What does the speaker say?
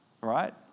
Right